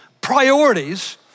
priorities